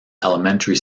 elementary